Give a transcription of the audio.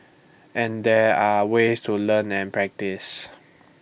and there are ways to learn and practice